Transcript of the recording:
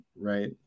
right